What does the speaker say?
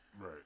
Right